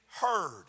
heard